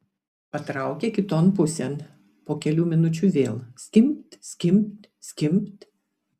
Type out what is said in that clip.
patraukė kiton pusėn po kelių minučių vėl skimbt skimbt skimbt